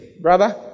Brother